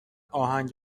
آهنگ